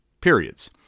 periods